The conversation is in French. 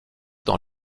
dans